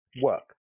work